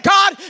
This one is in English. God